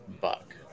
buck